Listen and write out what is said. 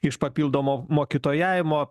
iš papildomo mokytojavimo